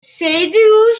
seydiu